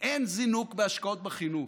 תודה.